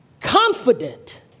confident